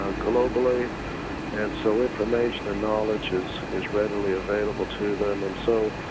ah globally and so information and knowledge is is readily available to them, and so,